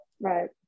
Right